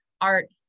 art